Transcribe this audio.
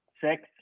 six